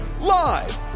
Live